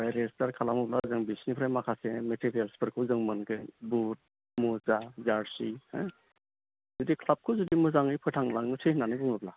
register खालामोब्ला जों बिसोरनिफ्राय माखासे मेटेरियेल्सफोरखौ जों मोनगोन बुट मुजा जार्सि हो जुदि क्लाबखौ जुदि मोजाङै फोथांलांनोसै होननानै बुङोब्ला